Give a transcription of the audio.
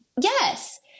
yes